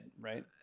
right